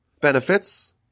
benefits